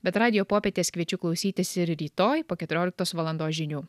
bet radijo popietės kviečiu klausytis ir rytoj po keturioliktos valandos žinių